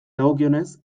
dagokionez